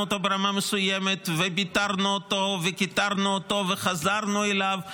אותו ברמה מסוימת וביתרנו אותו וכיתרנו אותו וחזרנו אליו,